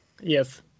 Yes